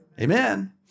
Amen